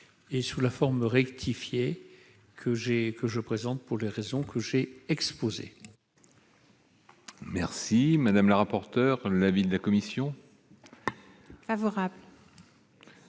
et sous la forme rectifié, que j'ai que je présente, pour des raisons que j'ai exposées. Merci madame la rapporteure, l'avis de la commission. Madame